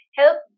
help